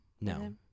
No